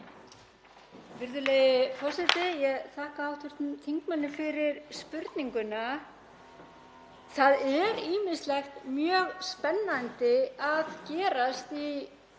Virðulegi forseti. Ég þakka hv. þingmanni fyrir spurninguna. Það er ýmislegt mjög spennandi að gerast í